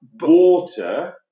Water